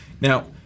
Now